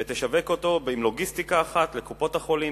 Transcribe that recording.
ותשווק אותו עם לוגיסטיקה אחת לקופות-החולים.